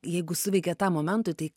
jeigu suveikia tam momentui tai